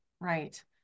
right